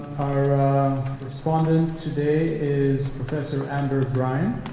our respondent today is professor amber brian.